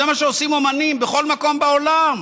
זה מה שעושים אומנים בכל מקום בעולם,